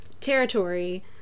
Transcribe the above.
territory